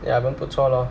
ya 人不错咯